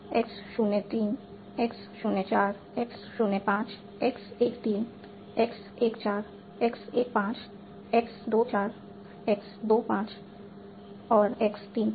X 0 3 x 0 4 x 0 5 x 1 3 x 1 4 x 1 5 x 2 4 x 2 5 और x 3 5